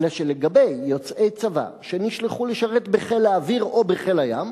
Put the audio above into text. "אלא שלגבי יוצאי צבא שנשלחו לשרת בחיל האוויר או בחיל הים"